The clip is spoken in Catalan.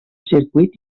circuit